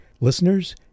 listeners